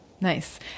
Nice